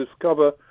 discover